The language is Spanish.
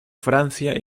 francia